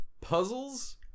puzzles